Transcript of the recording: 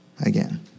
Again